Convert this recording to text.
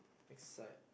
next slide